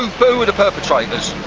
who were the perpetrators?